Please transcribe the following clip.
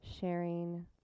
sharing